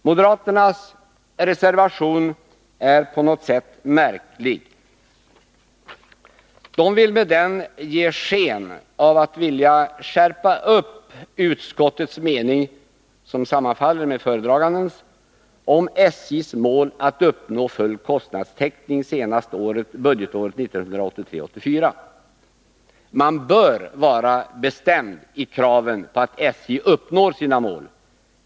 Moderaternas reservation är på något sätt märklig. De vill med denna ge sken av att vilja skärpa upp utskottets mening — som sammanfaller med föredragandens — om SJ:s mål att uppnå full kostnadstäckning senast under budgetåret 1983/84. Man bör vara bestämd i kraven på att SJ uppnår sina mål.